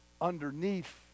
underneath